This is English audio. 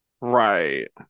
Right